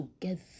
together